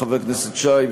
חבר הכנסת שי,